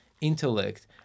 intellect